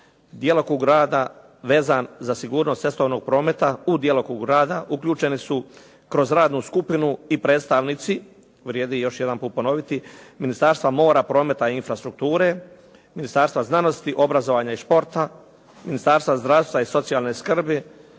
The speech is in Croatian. djelokrug rada vezan za sigurnost cestovnog prometa u djelokrugu rada, uključeni su kroz radnu skupinu i predstavnici, vrijedi još jedanput ponoviti Ministarstva mora, prometa i infrastrukture, Ministarstva znanosti, obrazovanja i športa, Ministarstva zdravstva i socijalne skrbi,